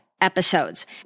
episodes